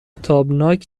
تابناک